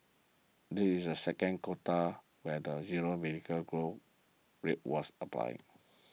this is the second quota where the zero vehicle growth rate was applied